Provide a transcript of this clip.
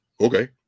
okay